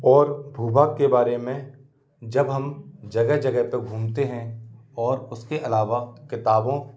और भू भाग के बारे में जब हम जगह जगह पर घूमते हैं और उसके अलावा किताबों